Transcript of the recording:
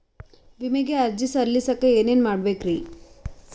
ವಿಮೆಗೆ ಅರ್ಜಿ ಸಲ್ಲಿಸಕ ಏನೇನ್ ಮಾಡ್ಬೇಕ್ರಿ?